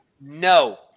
No